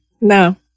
No